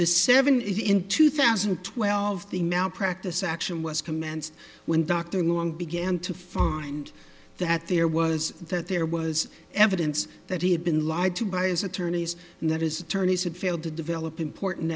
the seven in two thousand and twelve the now practice action was commenced when dr long began to find that there was that there was evidence that he had been lied to by his attorneys and that his attorneys had failed to develop important